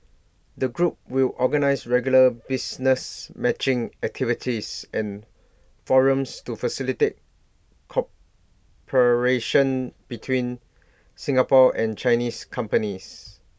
the group will organise regular business matching activities and forums to facilitate cooperation between Singapore and Chinese companies